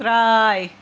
ترٛاے